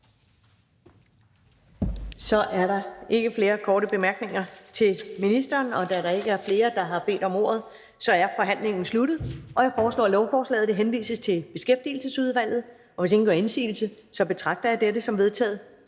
Så er der ikke flere korte bemærkninger til ministeren. Da der ikke er flere, der har bedt om ordet, er forhandlingen sluttet. Jeg foreslår, at lovforslaget henvises til Beskæftigelsesudvalget. Hvis ingen gør indsigelse, betragter jeg dette som vedtaget.